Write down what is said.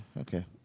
okay